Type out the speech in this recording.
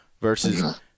versus